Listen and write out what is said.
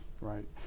right